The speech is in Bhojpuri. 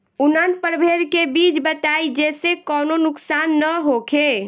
उन्नत प्रभेद के बीज बताई जेसे कौनो नुकसान न होखे?